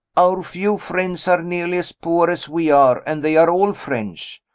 our few friends are nearly as poor as we are, and they are all french.